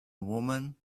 woman